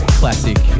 classic